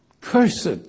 Cursed